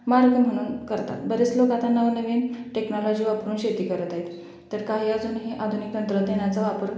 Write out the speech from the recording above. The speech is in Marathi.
मार्ग म्हणून करतात बरेच लोकं आता नवनवीन टेक्नॉलॉजी वापरून शेती करत आहेत तर काही अजूनही आधुनिक तंत्रज्ञानाचा वापर